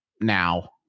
now